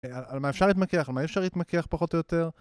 על מה אפשר להתמקח, על מה אישר להתמקח פחות או יותר.